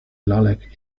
lalek